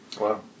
Wow